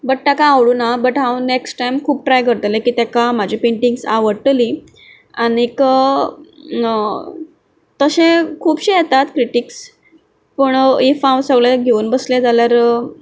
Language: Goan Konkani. बट ताका आवडुना बट हांव नेक्स्ट टायम खूब ट्राय करतलें की ताका म्हजी पेंटींग्स आवडटली आनीक तशें खुबशें येतात क्रिटिक्स पण इफ हांव सगलें घेवन बसलें जाल्यार